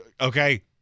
Okay